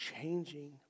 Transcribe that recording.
changing